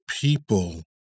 people